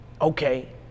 Okay